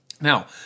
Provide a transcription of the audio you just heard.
Now